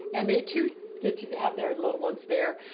and they too get to have their little ones there.